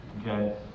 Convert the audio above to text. Okay